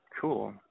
Cool